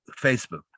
Facebook